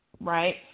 right